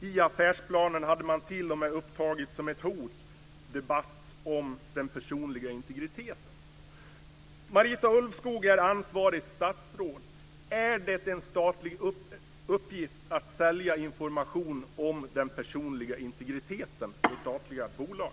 I affärsplanen hade man t.o.m. upptagit som ett hot debatten om den personliga integriteten. Marita Ulvskog är ansvarigt statsråd. Är det en statlig uppgift att sälja information om den personliga integriteten från statliga bolag?